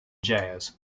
jazz